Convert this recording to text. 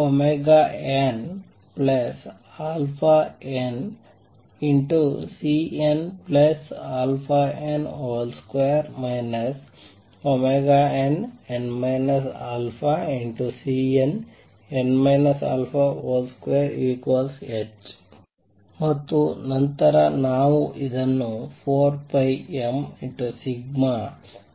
2πα ∞nαn|Cnαn |2 nn α|Cnn α |2hಮತ್ತು ನಂತರ ನಾವು ಇದನ್ನು 4πmα